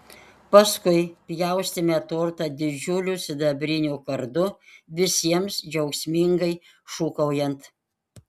paskui pjaustėme tortą didžiuliu sidabriniu kardu visiems džiaugsmingai šūkaujant